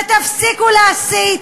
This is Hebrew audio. ותפסיקו להסית.